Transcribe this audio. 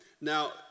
Now